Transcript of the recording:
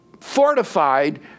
fortified